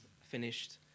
Finished